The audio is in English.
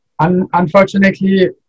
Unfortunately